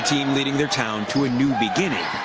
team leading the town to a new beginning.